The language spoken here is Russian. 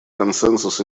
консенсус